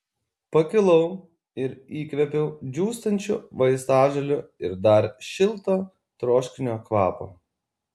pakilau ir įkvėpiau džiūstančių vaistažolių ir dar šilto troškinio kvapo